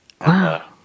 Wow